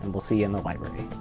and well see you in the library!